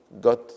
got